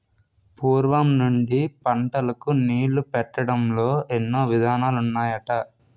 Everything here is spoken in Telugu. పూర్వం నుండి పంటలకు నీళ్ళు పెట్టడంలో ఎన్నో విధానాలు ఉన్నాయట